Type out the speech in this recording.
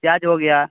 प्याज़ हो गया